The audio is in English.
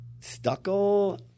Stucco